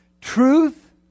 Truth